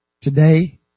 today